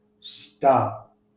stop